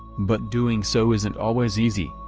but doing so isn't always easy,